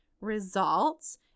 results